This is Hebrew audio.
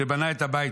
"שבנה את הבית.